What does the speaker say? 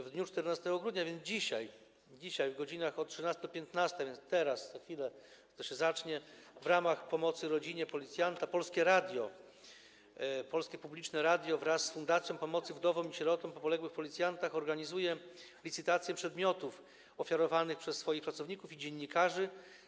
W dniu 14 grudnia, czyli dzisiaj, w godz. od 13 do 15, a więc teraz, za chwilę to się zacznie, w ramach pomocy rodzinie policjanta Polskie Radio, polskie publiczne radio wraz z Fundacją Pomocy Wdowom i Sierotom po Poległych Policjantach organizuje licytację przedmiotów ofiarowanych przez pracowników i dziennikarzy.